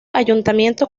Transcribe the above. ayuntamiento